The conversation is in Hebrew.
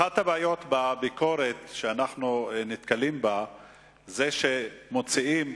אחת הבעיות שאנחנו נתקלים בה בביקורת היא שמוציאים,